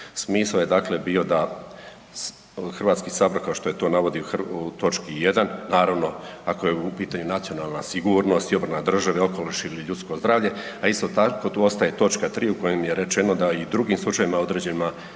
je dakle bio da HS kao što to navodi u točki 1, naravno ako je u pitanju nacionalna sigurnost i obrana države, okoliš ili ljudsko zdravlje. A isto tako tu ostaje točka 3 u kojoj je rečeno da i u drugim slučajevima određenima